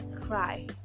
cry